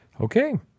Okay